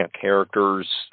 characters